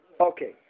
okay